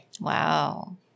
Wow